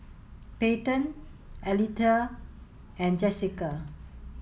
Payten Aletha and Jesica